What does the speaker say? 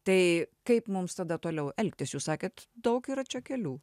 tai kaip mums tada toliau elgtis jūs sakėt daug yra čia kelių